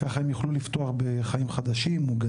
ככה הן יוכלו לפתוח בחיים חדשים,